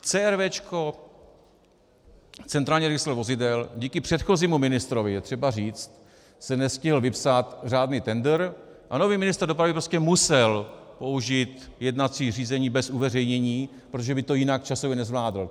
CRV centrální registr vozidel díky předchozímu ministrovi, je třeba říct, že se nestihl vypsat řádný tendr, a nový ministr dopravy prostě musel použít jednací řízení bez uveřejnění, protože by to jinak časově nezvládl.